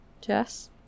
Jess